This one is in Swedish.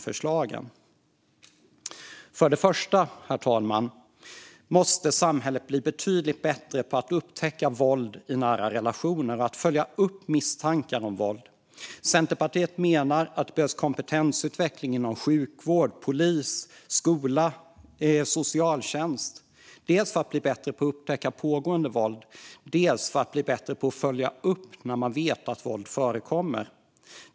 För det första, herr talman, måste samhället bli betydligt bättre på att upptäcka våld i nära relationer och följa upp misstankar om våld. Centerpartiet menar att det behövs kompetensutveckling inom sjukvård, polis, skola och socialtjänst, dels för att bli bättre på att upptäcka pågående våld, dels för att bli bättre på att följa upp när man vet att våld förekommer.